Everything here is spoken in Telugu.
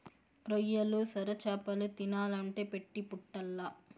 రొయ్యలు, సొరచేపలు తినాలంటే పెట్టి పుట్టాల్ల